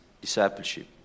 discipleship